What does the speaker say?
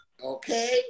okay